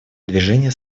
движение